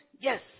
Yes